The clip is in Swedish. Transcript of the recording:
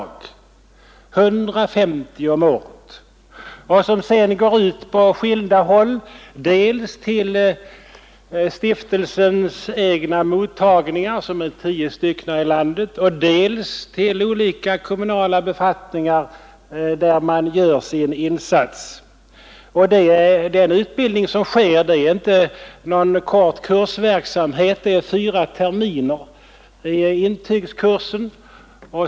Deras antal uppgår till 150 om året. Dessa går sedan ut på skilda håll, dels till stiftelsens tio egna mottagningar i landet, dels till olika kommunala tjänster där de gör sin insats. Den utbildning som ges är inte någon kort kursverksamhet utan den pågår fyra terminer. Det är intygskursen.